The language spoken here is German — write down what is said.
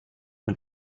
mit